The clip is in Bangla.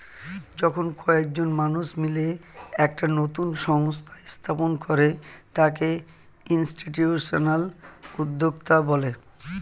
যখন কয়েকজন মানুষ মিলে একটা নতুন সংস্থা স্থাপন করে তাকে ইনস্টিটিউশনাল উদ্যোক্তা বলে